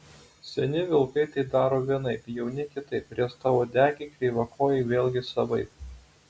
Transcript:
seni vilkai tai daro vienaip jauni kitaip riestauodegiai kreivakojai vėlgi savaip